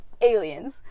aliens